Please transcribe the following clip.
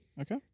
Okay